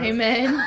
Amen